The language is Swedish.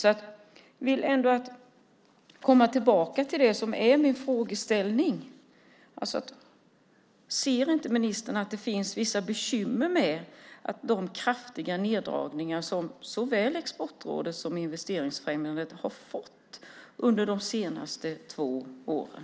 Jag vill ändå komma tillbaka till min frågeställning: Ser inte ministern att det finns vissa bekymmer med de kraftiga neddragningar som såväl Exportrådet som investeringsfrämjandet har fått under de senaste två åren?